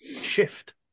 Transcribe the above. shift